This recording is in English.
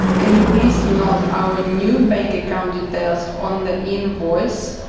can you please note our new bank account details on the invoice,